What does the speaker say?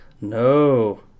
No